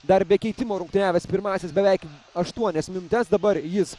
dar be keitimų rungtyniavęs pirmąsias beveik aštuonias minutes dabar jis